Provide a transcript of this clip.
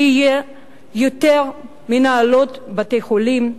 שיהיו יותר מנהלות בתי-חולים,